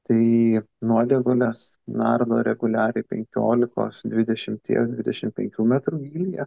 tai nuodėgulės nardo reguliariai penkiolikos dvidešimties dvidešim penkių metrų gylyje